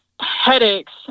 headaches